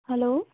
hello